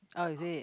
oh is it